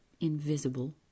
invisible